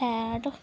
had